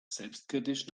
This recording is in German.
selbstkritisch